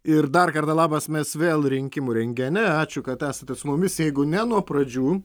ir dar kartą labas mes vėl rinkimų rentgene ačiū kad esate su mumis jeigu ne nuo pradžių